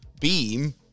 beam